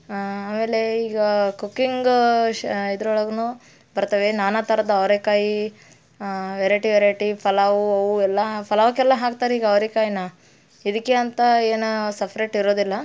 ಆಮೇಲೆ ಈಗ ಕುಕ್ಕಿಂಗು ಶ ಇದ್ರೊಳಗು ಬರ್ತವೆ ನಾನಾ ಥರದ ಅವ್ರೆಕಾಯಿ ವೆರೈಟಿ ವೆರೈಟಿ ಪಲಾವ್ ಅವು ಎಲ್ಲ ಪಲಾವ್ಗೆಲ್ಲ ಹಾಕ್ತಾರೆ ಈಗ ಅವ್ರೆಕಾಯ್ನ ಇದಕ್ಕೆ ಅಂತ ಏನು ಸಫ್ರೇಟ್ ಇರುವುದಿಲ್ಲ